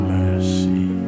mercy